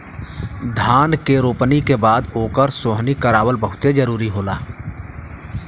धान के रोपनी के बाद ओकर सोहनी करावल बहुते जरुरी होला